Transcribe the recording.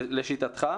לשיטתך?